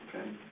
Okay